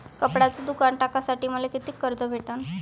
कपड्याचं दुकान टाकासाठी मले कितीक कर्ज भेटन?